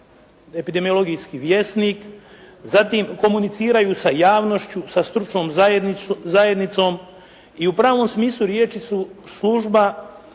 epidemiologijski vjesnik. Zatim komuniciraju sa javnošću, sa stručnom zajednicom i u pravom smislu riječi su služba